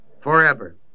Forever